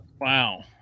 Wow